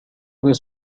was